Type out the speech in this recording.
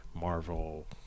marvel